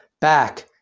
back